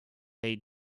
they